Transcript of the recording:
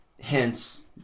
Hence